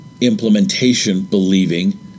implementation-believing